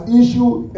issued